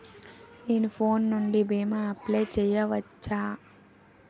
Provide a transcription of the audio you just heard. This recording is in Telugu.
నేను ఫోన్ నుండి భీమా అప్లయ్ చేయవచ్చా?